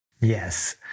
Yes